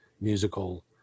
musical